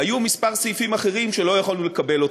היו כמה סעיפים אחרים שלא יכולנו לקבל,